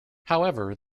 however